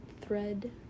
thread